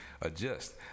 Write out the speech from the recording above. adjust